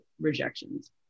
rejections